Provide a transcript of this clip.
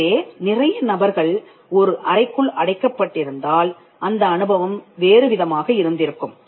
இதுவே நிறைய நபர்கள் ஒரு அறைக்குள் அடைக்கப்பட்டிருந்தால் அந்த அனுபவம் வேறு விதமாக இருந்திருக்கும்